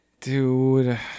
Dude